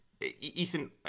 Ethan